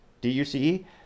D-U-C-E